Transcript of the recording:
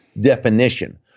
Definition